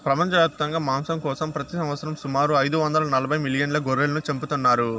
ప్రపంచవ్యాప్తంగా మాంసం కోసం ప్రతి సంవత్సరం సుమారు ఐదు వందల నలబై మిలియన్ల గొర్రెలను చంపుతున్నారు